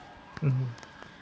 mm